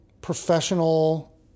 professional